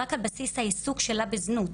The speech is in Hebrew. רק על בסיס העיסוק שלה בזנות,